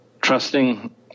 trusting